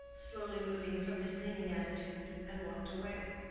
slowly moved from his leaning attitude, and walked away.